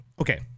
okay